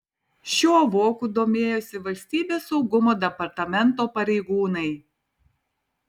šiuo voku domėjosi valstybės saugumo departamento pareigūnai